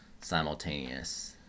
simultaneous